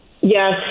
Yes